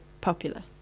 popular